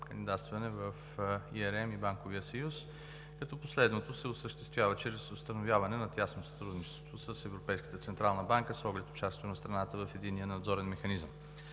кандидатстване в ERM и Банковия съюз, като последното се осъществява чрез установяване на тясно сътрудничество с Европейската централна банка с оглед участието на страната в Единния надзорен механизъм.